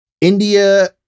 India